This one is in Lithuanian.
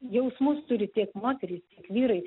jausmus turi tiek moterys vyrai